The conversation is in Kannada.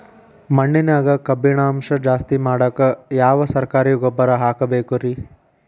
ಮಣ್ಣಿನ್ಯಾಗ ಕಬ್ಬಿಣಾಂಶ ಜಾಸ್ತಿ ಮಾಡಾಕ ಯಾವ ಸರಕಾರಿ ಗೊಬ್ಬರ ಹಾಕಬೇಕು ರಿ?